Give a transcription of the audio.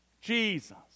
Jesus